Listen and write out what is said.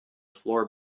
floor